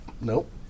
Nope